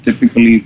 typically